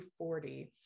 240